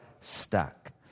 stuck